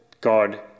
God